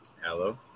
Hello